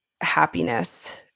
happiness